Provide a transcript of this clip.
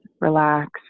relax